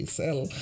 sell